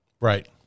Right